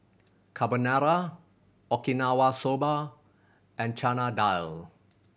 Carbonara Okinawa Soba and Chana Dal